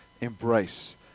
embrace